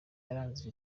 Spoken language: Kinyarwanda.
yaranze